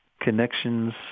connections